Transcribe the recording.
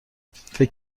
فکر